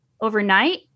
overnight